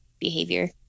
behavior